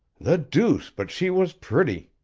the deuce, but she was pretty!